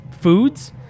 foods